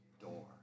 door